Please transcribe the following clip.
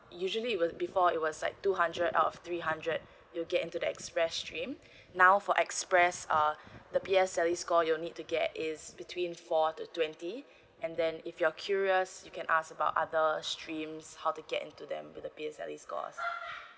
usually was before it was like two hundred out of three hundred you get into the express stream now for express err the P_S_L_E score you need to get is between four to twenty and then if you're curious you can ask about others streams how to get into them with a P_S_L_E score